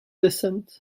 descent